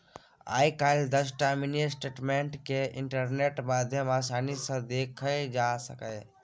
आइ काल्हि दसटा mini statement केँ इंटरनेटक माध्यमे आसानी सँ देखल जा सकैए